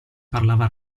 parlava